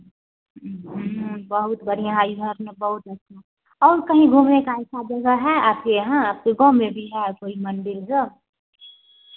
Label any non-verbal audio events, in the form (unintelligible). बहुत बढ़ियाँ इधर ना बहुत (unintelligible) और कहीं घूमने का ऐसा जगह है आपके यहाँ आपके गाँव में भी है कोई मंदिर जो